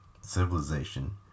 civilization